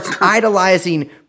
idolizing